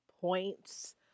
points